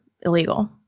illegal